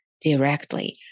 directly